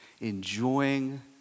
enjoying